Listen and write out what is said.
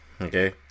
Okay